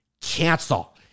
cancel